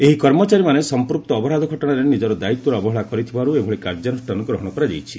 ଏହି କର୍ମଚାରୀମାନେ ସଂପୃକ୍ତ ଅପରାଧ ଘଟଣାରେ ନିଜର ଦାୟିତ୍ୱରେ ଅବହେଳା କରିଥିବାରୁ ଏଭଳି କାର୍ଯ୍ୟାନୁଷ୍ଠାନ ଗ୍ରହଣ କରାଯାଇଛି